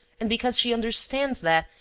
and because she understands that,